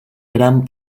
gran